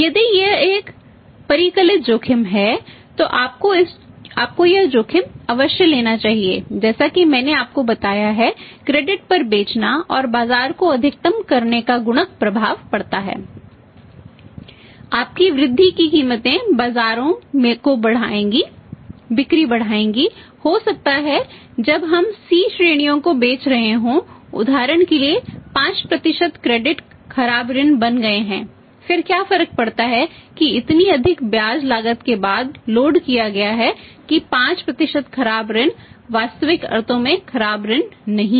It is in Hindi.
यदि यह एक परिकलित जोखिम है तो आपको यह जोखिम अवश्य लेना चाहिए जैसा कि मैंने आपको बताया है कि क्रेडिट किया गया है कि 5 खराब ऋण वास्तविक अर्थों में खराब ऋण नहीं हैं